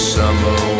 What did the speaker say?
summer